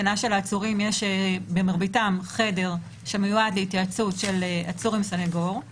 אני רק מתאר לעצמי היוועצות סנגור ולקוח במסדרונות של מגרש הרוסים